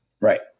Right